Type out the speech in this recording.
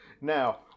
Now